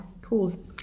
Cool